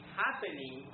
happening